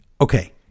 okay